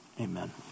Amen